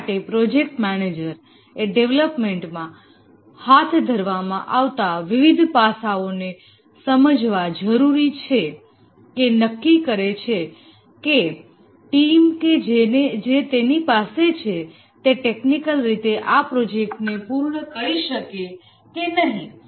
તે માટે project manager એ ડેવલપમેન્ટમાં હાથ ધરવામાં આવતા વિવિધ પાસાઓને સમજવા જરૂરી છેઅને પછી નક્કી કરે છે કે ટીમ કે જે તેની પાસે છે તે ટેકનિકલ રીતે આ પ્રોજેક્ટને પૂર્ણ કરી શકે કે નહીં